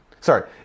Sorry